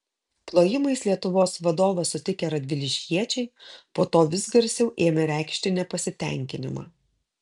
plojimais lietuvos vadovą sutikę radviliškiečiai po to vis garsiau ėmė reikšti nepasitenkinimą